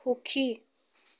সুখী